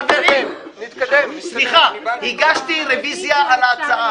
חברים, סליחה, הגשתי רביזיה על ההצעה.